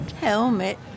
helmet